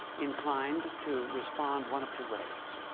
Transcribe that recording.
inclined to respond one of two ways.